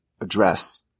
address